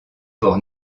ports